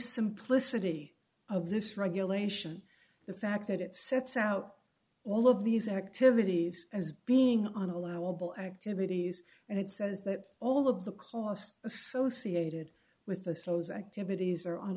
simplicity of this regulation the fact that it sets out all of these activities as being on allowable activities and it says that all of the costs associated with the sos activities are